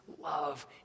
love